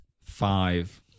five